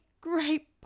great